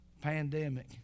pandemic